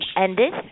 ended